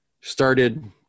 started